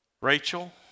Rachel